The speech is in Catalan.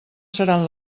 seran